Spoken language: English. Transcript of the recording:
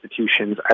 institutions